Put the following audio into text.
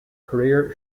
career